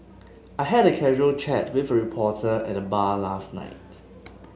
I had a casual chat with a reporter at the bar last night